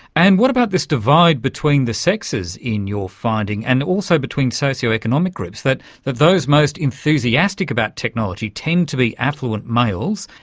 and what about this divide between the sexes in your finding, and also between socio-economic groups, that that those most enthusiastic about technology tend to be affluent males,